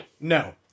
No